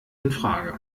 infrage